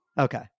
Okay